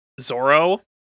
Zoro